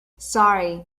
sorry